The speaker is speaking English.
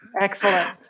Excellent